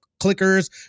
clickers